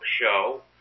Show